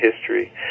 history